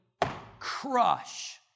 crush